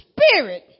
spirit